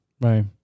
Right